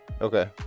Okay